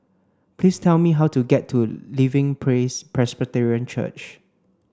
please tell me how to get to Living Praise Presbyterian Church